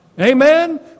Amen